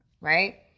right